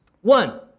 One